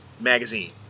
magazine